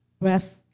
breath